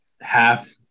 half